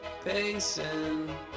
Pacing